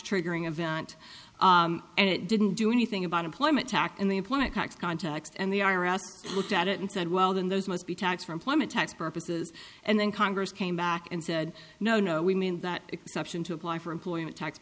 triggering event and it didn't do anything about employment tax and the employment tax context and the i r s looked at it and said well then those must be tax for employment tax purposes and then congress came back and said no no we mean that exception to apply for employment tax